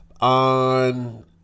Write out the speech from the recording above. on